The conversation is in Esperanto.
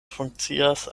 funkcias